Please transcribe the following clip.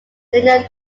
senior